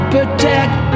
Protect